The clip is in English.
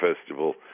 festival